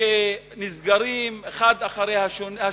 שנסגרים אחד אחרי השני,